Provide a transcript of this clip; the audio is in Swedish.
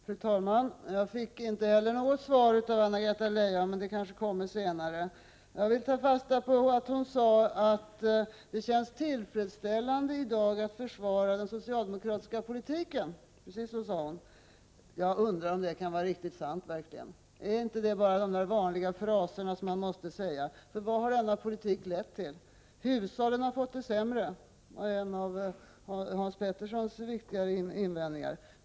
Fru talman! Jag fick inte heller något svar av Anna-Greta Leijon, men det kanske kommer senare. Jag vill ta fasta på att hon sade att det känns tillfredsställande i dag att försvara den socialdemokratiska politiken. Precis så sade hon. Jag undrar om det kan vara riktigt sant. Är det inte bara de vanliga fraserna som man måste säga? För vad har denna politik lett till? Hushållen har fått det sämre — det var en av Hans Peterssons viktigare invändningar.